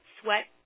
sweat